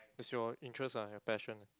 it's your interest lah your passion